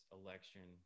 election